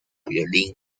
violín